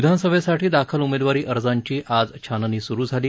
विधानसभेसाठी दाखल उमेदवारी अर्जाची आज छाननी सुरु झाली